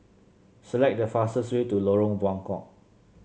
select the fastest way to Lorong Buangkok